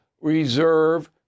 reserve